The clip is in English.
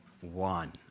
One